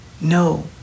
No